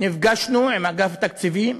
נפגשנו עם אגף התקציבים